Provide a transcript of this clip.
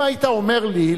אם היית אומר לי,